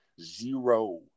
zero